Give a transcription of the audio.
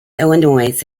illinois